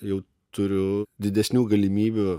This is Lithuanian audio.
jau turiu didesnių galimybių